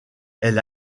elle